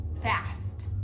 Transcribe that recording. fast